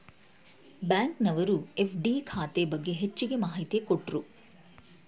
ಬ್ಯಾಂಕಿನವರು ಎಫ್.ಡಿ ಖಾತೆ ಬಗ್ಗೆ ಹೆಚ್ಚಗೆ ಮಾಹಿತಿ ಕೊಟ್ರು